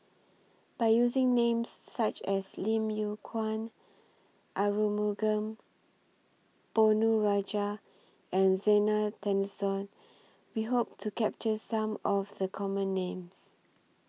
By using Names such as Lim Yew Kuan Arumugam Ponnu Rajah and Zena Tessensohn We Hope to capture Some of The Common Names